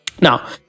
Now